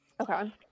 Okay